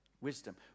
Wisdom